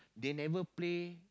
they never play